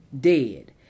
dead